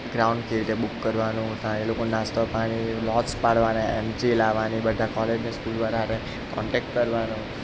ground કેવી રીતે book કરવાનું થાય લોકો નાસ્તો પાણી મોસ્ક પાડવા ને એન્ટ્રી લાવવાની બધા કોલેજને સ્કૂલવાળાને કોન્ટેક કરવાનો